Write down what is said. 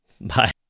Bye